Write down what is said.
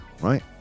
right